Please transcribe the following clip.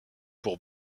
pour